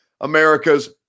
America's